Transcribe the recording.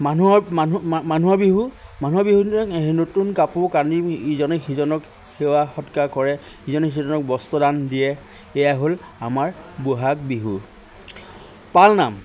মানুহৰ মানুহ মানুহৰ বিহু মানুহৰ বিহুদিনা নতুন কাপোৰ কানি ইজনে সিজনক সেৱা সৎকাৰ কৰে ইজনে সিজনক বস্ত্ৰদান দিয়ে এয়া হ'ল আমাৰ ব'হাগ বিহু পালনাম